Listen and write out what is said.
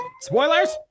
Spoilers